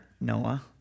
Noah